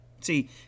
See